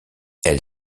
elle